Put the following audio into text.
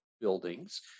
buildings